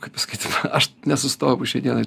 kaip pasakyt aš nesustojau po šiai dienai